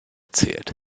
zählt